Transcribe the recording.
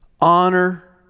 honor